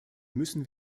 müssen